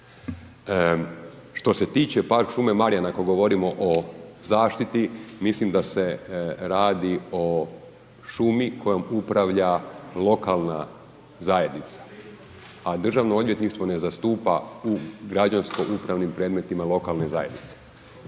Što se tiče park šume Marjana ako govorimo o zaštiti, mislim da se radi o šumi kojom upravlja lokalna zajednica, a državno odvjetništvo ne zastupa u građansko upravnim predmetima lokalne zajednice,